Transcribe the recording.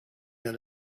that